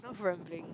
love rambling